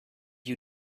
you